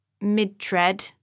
mid-tread